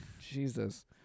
Jesus